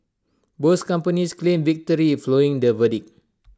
both companies claimed victory following their verdict